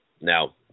Now